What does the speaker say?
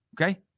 Okay